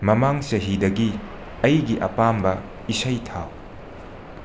ꯃꯃꯥꯡ ꯆꯍꯤꯗꯒꯤ ꯑꯩꯒꯤ ꯑꯄꯥꯝꯕ ꯏꯁꯩ ꯊꯥꯎ